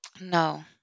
No